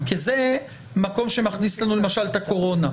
זה מקום שמכניס את הקורונה,